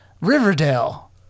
Riverdale